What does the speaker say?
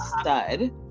stud